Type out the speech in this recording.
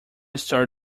story